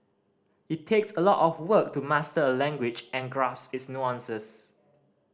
it takes a lot of work to master a language and grasp its nuances